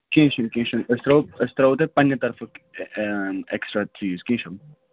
کینٛہہ چھُنہٕ کینٛہہ چھُنہٕ أسۍ ترٛاوَو أسۍ ترٛاوَو تۄہہِ پنٛنہِ طرفُک اٮ۪کٕسٹرٛا چیٖز کینٛہہ چھُنہٕ